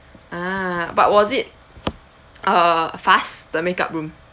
ah but was it uh fast the make up room